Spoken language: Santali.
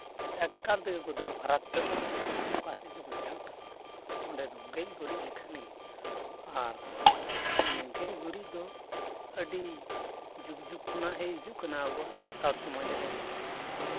ᱮᱠᱟᱞ ᱛᱮᱜᱮ ᱠᱚ ᱫᱟᱹᱲ ᱯᱷᱟᱨᱟᱠ ᱩᱛᱟᱹᱨᱚᱜᱼᱟ ᱚᱠᱟ ᱥᱮᱫ ᱪᱚᱠᱚ ᱥᱮᱱ ᱩᱛᱟᱹᱨᱚᱜᱼᱟ ᱚᱸᱰᱮ ᱫᱚ ᱜᱮᱡ ᱜᱩᱨᱤᱡ ᱞᱮᱠᱷᱟᱱ ᱜᱮ ᱟᱨ ᱱᱤᱭᱟᱹ ᱜᱮᱡ ᱜᱩᱨᱤᱡ ᱫᱚ ᱟᱹᱰᱤ ᱡᱩᱜᱽ ᱡᱩᱜᱽ ᱠᱷᱚᱱᱟᱜ ᱦᱮᱡ ᱦᱤᱡᱩᱜ ᱠᱟᱱᱟ ᱟᱵᱚᱣᱟᱜ ᱥᱟᱱᱛᱟᱲ ᱥᱚᱢᱟᱡᱽ ᱨᱮ